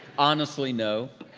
honestly, no.